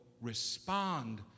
respond